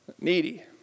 Needy